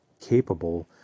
capable